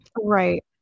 Right